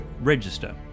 register